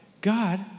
God